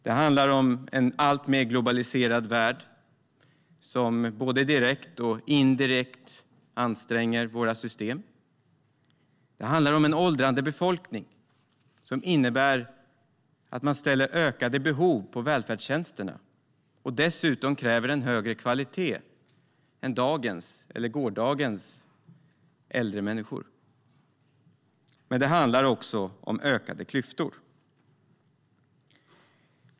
Det handlar om en alltmer globaliserad värld som både direkt och indirekt anstränger våra system. Det handlar om en åldrande befolkning som innebär att människor har ökade behov av välfärdstjänsterna och dessutom kräver en högre kvalitet än dagens eller gårdagens äldre människor. Men det handlar också om ökade klyftor.